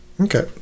Okay